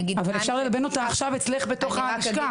אבל אפשר ללבן אותה עכשיו אצלך בתוך הלשכה.